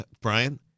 Brian